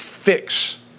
Fix